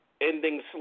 ending